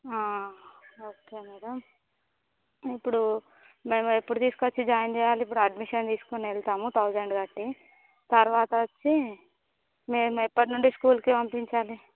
ఆ okay madam ఇప్పుడు మేము ఎప్పుడు తీసుకొచ్చి జాయిన్ చేయాలి ఇప్పుడు అడ్మిషన్ తీసుకొని వెళతాము థౌసండ్ కట్టి తరువాత వచ్చి మేము ఎప్పటి నుండి స్కూల్లో పంపించాలి